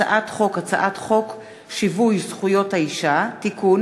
הצעת חוק הביטוח הלאומי (תיקון,